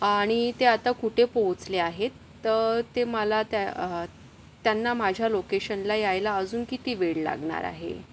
आणि ते आता कुठे पोचले आहेत तर ते मला त्यांना माझ्या लोकेशनला यायला अजून किती वेळ लागणार आहे